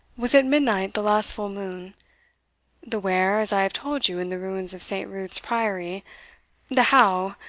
was at midnight the last full moon the where, as i have told you, in the ruins of st. ruth's priory the how,